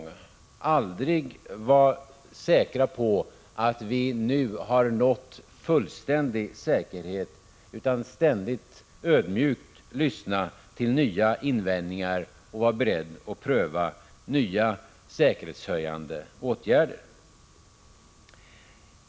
Vi skall aldrig vara säkra på att vi nu har nått fullständig säkerhet, utan ständigt ödmjukt lyssna till nya invändningar och vara beredda att pröva nya säkerhetshöjande åtgärder.